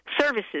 services